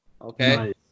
Okay